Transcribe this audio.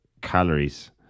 calories